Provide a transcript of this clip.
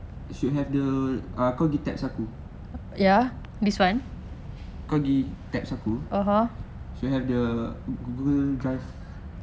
it should have the ah kau pergi tabs aku kau pergi tabs aku should have the google drive